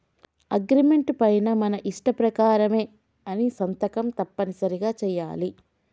agreement పైన మన ఇష్ట ప్రకారమే అని సంతకం తప్పనిసరిగా చెయ్యాలి